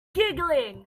giggling